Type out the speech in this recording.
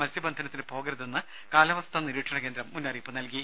മത്സ്യബന്ധനത്തിനു പോകരുതെന്ന് കാലാവസ്ഥാ നിരീക്ഷണ കേന്ദ്രം മുന്നറിയിപ്പ് നൽകി